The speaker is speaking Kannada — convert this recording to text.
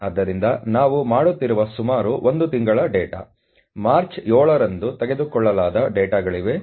ಆದ್ದರಿಂದ ನಾವು ಮಾತನಾಡುತ್ತಿರುವ ಸುಮಾರು ಒಂದು ತಿಂಗಳ ಡೇಟಾ ಮಾರ್ಚ್ 7 ರಂದು ತೆಗೆದುಕೊಳ್ಳಲಾದ ಡೇಟಾಗಳಿವೆ